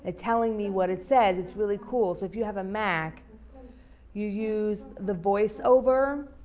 ah telling me what it says. it's really cool. so if you have a mac you use the voiceover